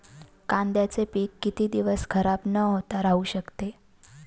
कांद्याचे पीक किती दिवस खराब न होता राहू शकते?